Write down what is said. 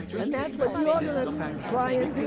and that's what you're gonna and wanna try and do.